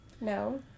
No